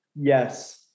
Yes